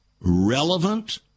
relevant